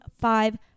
five